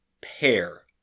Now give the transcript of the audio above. pair